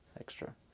extra